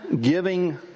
giving